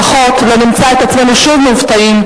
לפחות לא נמצא את עצמנו שוב מופתעים,